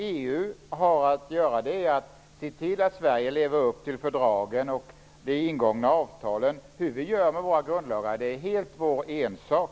EU har att se till att Sverige lever upp till fördragen och de ingångna avtalen, men hur vi gör med våra grundlagar är helt vår ensak.